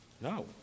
No